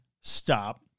stop